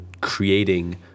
creating